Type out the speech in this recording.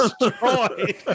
destroyed